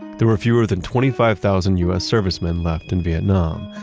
there were fewer than twenty five thousand u s. servicemen left in vietnam,